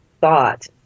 thought